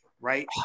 right